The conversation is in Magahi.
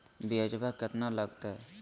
ब्यजवा केतना लगते?